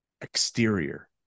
exterior